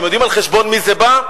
אתם יודעים על חשבון מי זה בא?